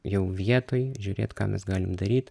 jau vietoj žiūrėt ką mes galim daryt